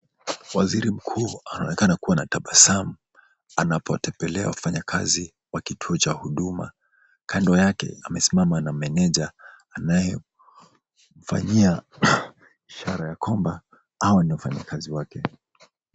Waziri mkuu anaonekana kuwa anatabasamu anapowatembelea wafanyakazi wa kituo cha huduma. Kando yake amesimama na meneja anayemfanyia ishara ya kwamba hao ni wafanyikazi wake.